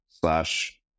slash